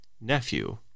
nephew